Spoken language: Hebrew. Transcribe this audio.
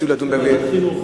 ועדת חינוך.